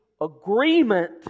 agreement